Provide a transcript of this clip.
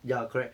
ya correct